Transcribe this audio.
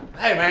hey, man,